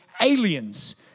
aliens